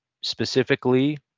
specifically